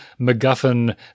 MacGuffin